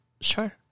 sure